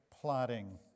plotting